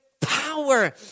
power